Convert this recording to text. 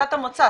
נקודת המוצא.